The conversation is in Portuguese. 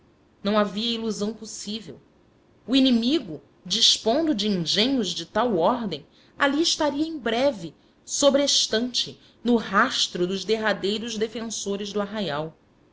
não havia ilusão possível o inimigo dispondo de engenhos de tal ordem ali estaria em breve sobrestante no rastro dos derradeiros defensores do arraial